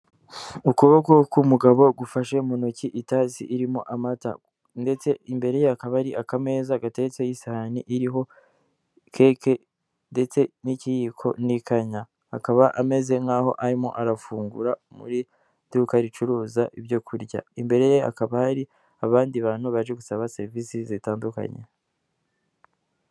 Ukuboko k'umugabo gufashe mu ntoki itasi irimo amata ndetse imbere ye hakaba hari akameza gateretseho isahani iriho keke ndetse n'ikiyiko n'ikanya, akaba ameze nk'aho arimo arafungura mu duka ricuruza ibyo kurya, imbere ye hakaba hari abandi bantu baje gusaba serivisi zitandukanye.